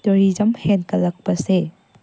tourism ꯍꯦꯟꯒꯠꯂꯛꯄꯁꯦ